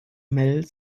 mel